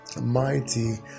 mighty